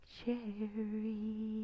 cherry